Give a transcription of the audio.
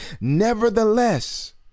Nevertheless